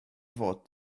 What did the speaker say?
fod